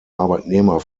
arbeitnehmer